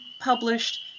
published